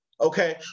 Okay